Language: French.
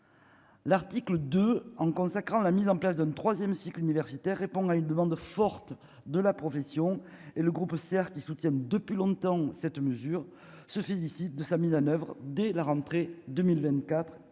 l'article 2 en consacrant la mise en place d'un 3ème cycle universitaire, répond à une demande forte de la profession et le groupe certes ils soutiennent depuis longtemps cette mesure se félicite de sa mise en oeuvre dès la rentrée 2024